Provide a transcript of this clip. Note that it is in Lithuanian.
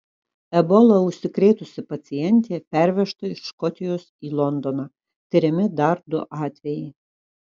ebola užsikrėtusi pacientė pervežta iš škotijos į londoną tiriami dar du atvejai